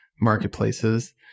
marketplaces